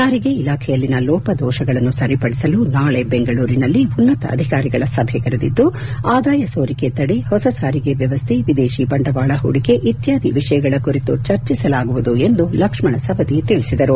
ಸಾರಿಗೆ ಇಲಾಖೆಯಲ್ಲಿನ ಲೋಪದೋಷಗಳನ್ನು ಸರಿಪಡಿಸಲು ನಾಳೆ ಬೆಂಗಳೂರಿನಲ್ಲಿ ಉನ್ನತ ಅಧಿಕಾರಿಗಳ ಸಭೆ ಕರೆದಿದ್ದು ಆದಾಯ ಸೋರಿಕೆ ತಡೆ ಹೊಸ ಸಾರಿಗೆ ವ್ಯವಸ್ಥೆ ವಿದೇಶಿ ಬಂಡವಾಳ ಹೂಡಿಕೆ ಇತ್ಯಾದಿ ವಿಷಯಗಳ ಕುರಿತು ಚರ್ಚಿಸಲಾಗುವುದು ಎಂದು ಲಕ್ಷ್ಮಣ ಸವದಿ ತಿಳಿಸಿದರು